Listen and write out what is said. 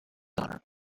owner